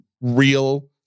real